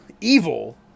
evil